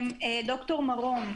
ד"ר מרום,